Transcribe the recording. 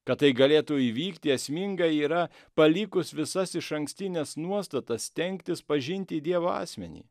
kad tai galėtų įvykti esmingai yra palikus visas išankstines nuostatas stengtis pažinti dievo asmenį